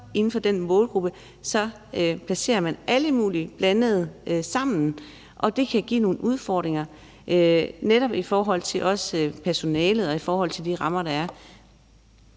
inden for den målgruppe placerer man så alle mulige mennesker, der bliver blandet sammen, og det kan give nogle udfordringer netop i forhold til personalet og de rammer, der er.